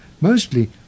Mostly